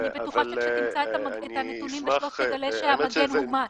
אני בטוחה שכשאתה תמצא את הנתונים בטוח תגלה שהמגן הומת.